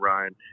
Ryan